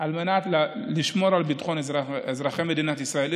על מנת לשמור על ביטחון אזרחי מדינת ישראל.